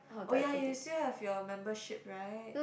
oh ya you still have your membership right